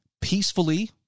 peacefully